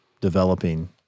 developing